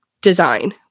design